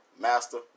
Master